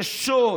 זה שוד,